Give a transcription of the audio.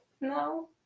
No